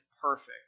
perfect